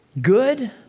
good